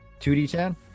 2D10